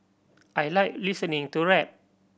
I like listening to rap